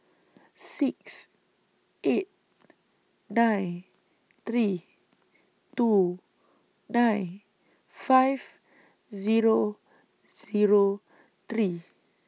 six eight nine three two nine five Zero Zero three